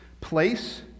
place